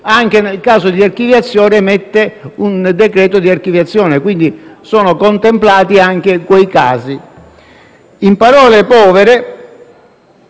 anche nel caso di archiviazione, che emette un decreto di archiviazione. Quindi, sono contemplati anche quei casi. In parole povere,